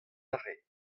aze